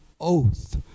oath